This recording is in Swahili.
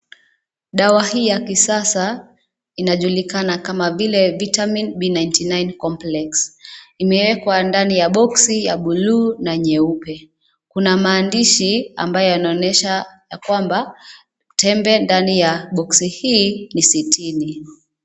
Dawa hii ya kisasa, inajulikana kama vile Vitamin B99 Complex , imeekwa ndani ya boxi ya buluu na nyeupe, kuna maandishi ambayo yanaonyesha, ya kwamba, tembe ndani ya boxi hii ni sitini.